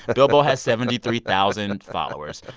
bilbo has seventy three thousand and followers.